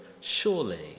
surely